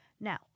now